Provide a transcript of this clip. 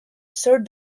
sir